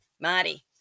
Marty